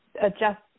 adjust